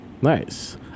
Nice